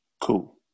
Cool